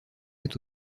est